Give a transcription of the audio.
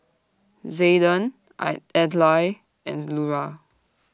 Zayden I Adlai and Lura